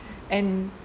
and